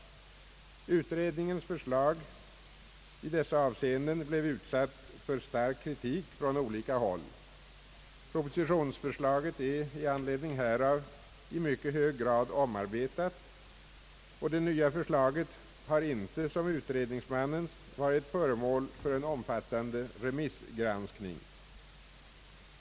Utredningens förslag i dessa avseenden blev utsatt för stark kritik från olika håll. Propositionsförslaget är i anledning härav i mycket hög grad omarbetat, och det nya förslaget har inte som utredningmannens varit föremål för en omfattande remissgranskning.